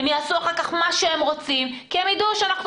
הם יעשו אחר כך מה שהם רוצים כי הם ידעו שאנחנו